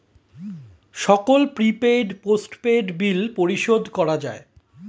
সকল prepaid, postpaid bill পরিশোধ করা যায়